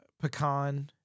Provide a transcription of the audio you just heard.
pecan